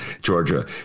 Georgia